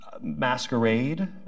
masquerade